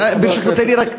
אז, ברשותך, תן לי רק לסיים.